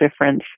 difference